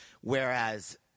Whereas